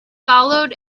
followed